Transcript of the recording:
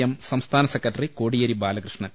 M സംസ്ഥാന secretary Kodiyeri Balakrishnan